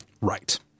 right